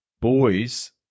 Boys